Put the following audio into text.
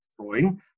drawing